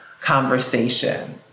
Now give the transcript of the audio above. conversation